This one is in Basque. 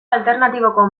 alternatiboko